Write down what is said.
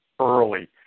early